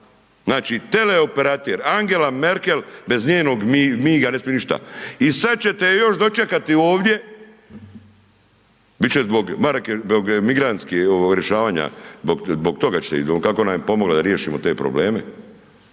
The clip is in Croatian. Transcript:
Znači, teleoperater Angela Merkel bez njenog miga ne smije ništa. I sad ćete je još dočekati ovdje, bit će zbog migrantske, ovog rješavanja zbog toga ćete …/nerazumljivo/… kako nam je pomogla da riješimo te probleme